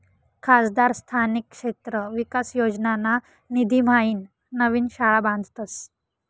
खासदार स्थानिक क्षेत्र विकास योजनाना निधीम्हाईन नवीन शाळा बांधतस